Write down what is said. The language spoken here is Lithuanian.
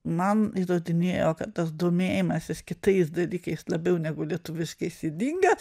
man įrodinėjo kad tas domėjimasis kitais dalykais labiau negu lietuviškais ydingas